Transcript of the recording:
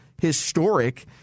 historic